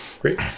Great